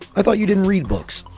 i thought you didn't read books?